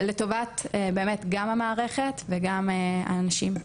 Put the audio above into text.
לטובת באמת גם המערכת וגם הנשים.